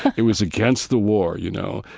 it was against the war, you know?